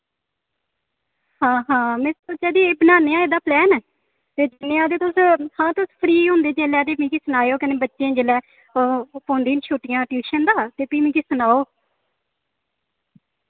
हां हां मैं सोच्चा दी एह् बनान्ने आं इ'दा प्लान ते जन्नेआं ते तुस हां तुस फ्री होंदे जिल्लै ते मिकी सनाओ कन्नै बच्चें जिल्लै ओ पौंदी नि छुट्टियां ट्यूशन दा ते फ्ही मिकी सनाओ